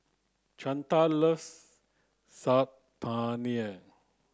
Chantal loves Saag Paneer